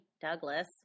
Douglas